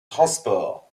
transport